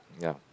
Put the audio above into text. ya